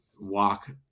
walk